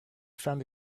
found